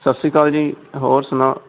ਸਤਿ ਸ਼੍ਰੀ ਅਕਾਲ ਜੀ ਹੋਰ ਸੁਣਾ